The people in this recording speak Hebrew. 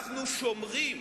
אנחנו שומרים